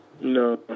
No